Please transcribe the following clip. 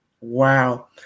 Wow